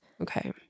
okay